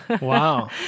Wow